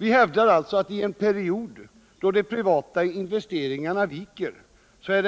Vi hävdar alltså ått det i en period då de privata investeringarna viker